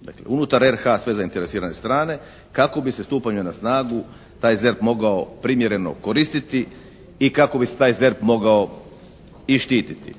dakle unutar RH sve zainteresirane strane kako bi se stupanjem na snagu taj ZERP mogao primjereno koristiti i kako bi se taj ZERP mogao i štititi.